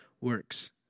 works